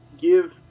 give